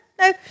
No